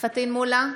פטין מולא,